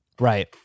Right